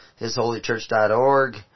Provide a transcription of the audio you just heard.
hisholychurch.org